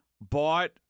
bought